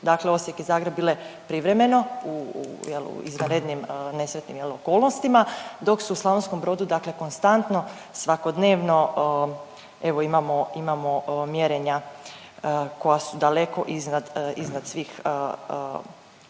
dakle Osijek i Zagreb bile privremeno u, je li, u izvanrednim, nesretnim, je li, okolnostima, dok su u Slavonskom Brodu, dakle konstantno svakodnevno, evo, imamo mjerenja koja su daleko iznad svih